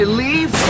leave